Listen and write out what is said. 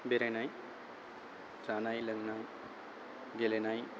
बेरायनाय जानाय लोंनाय गेलेनाय